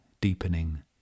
deepening